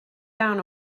down